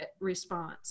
response